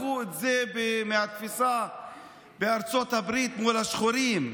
לקחו את זה מהתפיסה בארצות הברית מול השחורים,